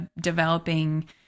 developing